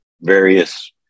various